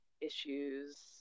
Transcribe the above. issues